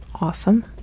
awesome